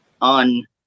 on